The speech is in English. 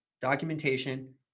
Documentation